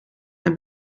naar